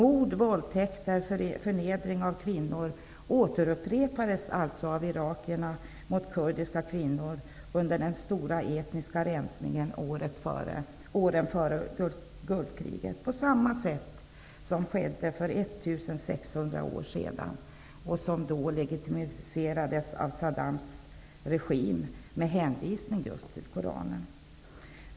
Mord, våldtäkt och förnedring återupprepades alltså av irakierna mot kurdiska kvinnor under den stora etniska rensningen åren före Gulfkriget, på samma sätt som för 1 600 år sedan. Det legitimerades av Saddams regim med hänvisning just till Koranen.